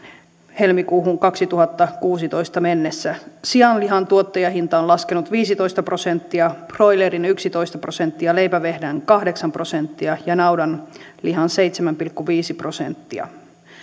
helmikuuhun kaksituhattakuusitoista mennessä sianlihan tuottajahinta on laskenut viisitoista prosenttia broilerin yksitoista prosenttia leipävehnän kahdeksan prosenttia ja naudanlihan seitsemän pilkku viisi prosenttia